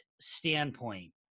standpoint